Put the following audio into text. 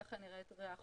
כך נראית ריאה חולה,